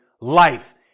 life